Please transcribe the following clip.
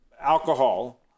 alcohol